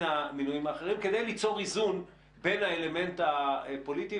המינויים האחרים כדי ליצור איזון בין האלמנט הפוליטי.